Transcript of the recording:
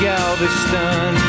Galveston